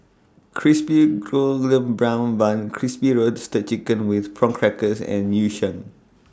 Crispy Golden Brown Bun Crispy Roasted Chicken with Prawn Crackers and Yu Sheng